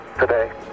today